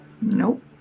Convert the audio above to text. Nope